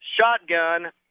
Shotgun